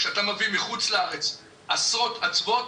כשאתה מביא מחו"ל עשרות אצוות,